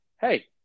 hey